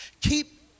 Keep